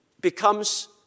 becomes